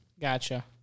Gotcha